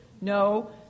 no